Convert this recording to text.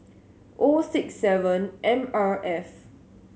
O six seven M R F